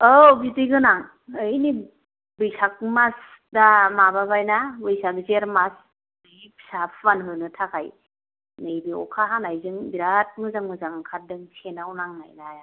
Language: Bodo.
औ बिदै गोनां यैनि बैसाग मास दा माबाबायना बैसाग जेथ मास फिसा फुवान होनो थाखाय नैबे अखा हानायजों बिराद मोजां मोजां ओंखारदों सेनाव नांनाय नाया